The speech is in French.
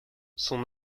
son